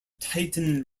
titan